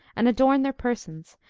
and adorn their persons,